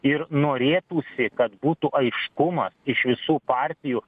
ir norėtųsi kad būtų aiškumas iš visų partijų